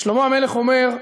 שלמה המלך אומר: